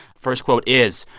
first quote is,